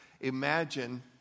imagine